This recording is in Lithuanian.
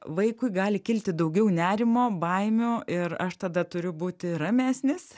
vaikui gali kilti daugiau nerimo baimių ir aš tada turiu būti ramesnis